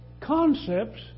concepts